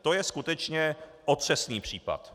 To je skutečně otřesný případ.